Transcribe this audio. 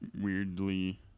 weirdly